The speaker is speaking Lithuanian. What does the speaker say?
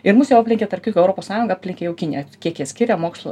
ir mus jau aplenkė tarp kitko europos sąjungą aplenkė jau kinija kiek jie skiria mokslo